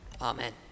Amen